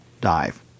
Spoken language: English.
dive